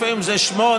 לפעמים זה שמונה,